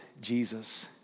Jesus